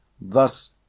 Thus